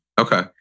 Okay